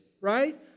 right